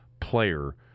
player